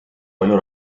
palju